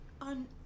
on